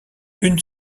une